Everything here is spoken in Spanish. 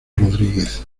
rodríguez